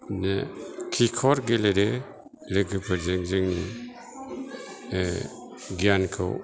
खिखर गेलेयो लोगोफोरजों जों गियानखौ